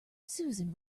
susan